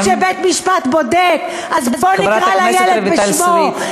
עד שהם בודקים, עד שבית-משפט בודק.